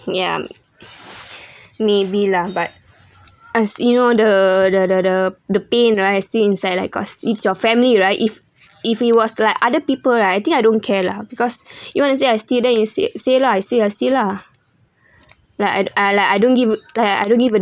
ya maybe lah but as you know the the the the pain right still inside like cause it's your family right if if he was like other people right I think I don't care lah because you wanna say I steal then you sa~ say lah say ah say lah like I like I don't give a like I don't give a